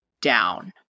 down